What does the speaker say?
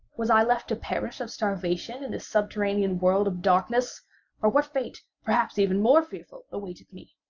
was i left to perish of starvation in this subterranean world of darkness or what fate, perhaps even more fearful, awaited me?